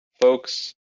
folks